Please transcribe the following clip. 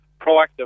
proactive